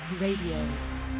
Radio